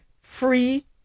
free